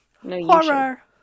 Horror